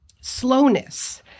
slowness